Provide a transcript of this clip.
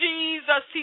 Jesus